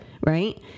right